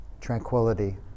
tranquility